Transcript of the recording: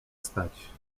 stać